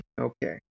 Okay